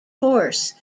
horse